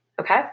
Okay